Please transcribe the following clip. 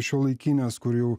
šiuolaikinės kurių